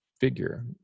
figure